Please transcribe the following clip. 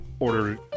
order